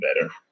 better